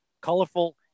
Colorful